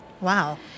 Wow